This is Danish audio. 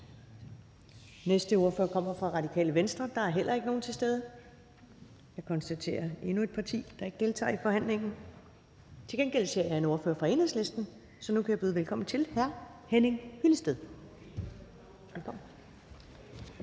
Næste ordfører kommer fra Radikale Venstre – der er heller ikke nogen til stede. Jeg konstaterer, at endnu et parti ikke deltager i forhandlingen. Til gengæld ser jeg en ordfører fra Enhedslisten, så nu kan jeg byde velkommen til hr. Henning Hyllested. Kl.